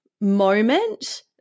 moment